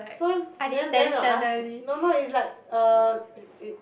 so then then I will ask no no it's like uh it